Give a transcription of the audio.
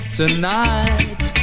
tonight